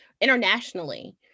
internationally